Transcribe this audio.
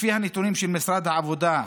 לפי הנתונים של משרד העבודה והרווחה,